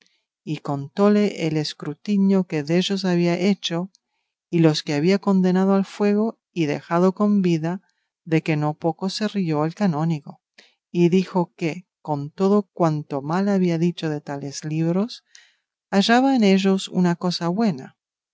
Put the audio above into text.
y contóle el escrutinio que dellos había hecho y los que había condenado al fuego y dejado con vida de que no poco se rió el canónigo y dijo que con todo cuanto mal había dicho de tales libros hallaba en ellos una cosa buena